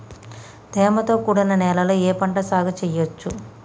తేమతో కూడిన నేలలో ఏ పంట సాగు చేయచ్చు?